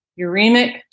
uremic